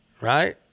right